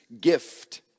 gift